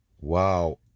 wow